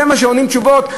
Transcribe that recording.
זה מה שעונים כתשובות?